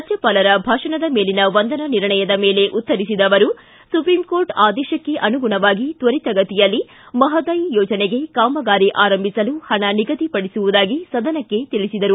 ರಾಜ್ಯಪಾಲರ ಭಾಷಣದ ಮೇಲಿನ ವಂದನಾ ನಿರ್ಣಯದ ಮೇಲೆ ಉತ್ತರಿಸಿದ ಅವರು ಸುಪ್ರೀಂ ಕೋರ್ಟ್ ಆದೇಶಕ್ಕೆ ಅನುಗುಣವಾಗಿ ತ್ವರಿತಗತಿಯಲ್ಲಿ ಮಹದಾಯಿ ಯೋಜನೆಗೆ ಕಾಮಗಾರಿ ಆರಂಭಿಸಲು ಹಣ ನಿಗದಿಪಡಿಸುವುದಾಗಿ ಸದನಕ್ಕೆ ತಿಳಿಸಿದರು